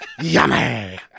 yummy